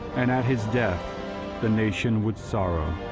and at his death the nation would sorrow.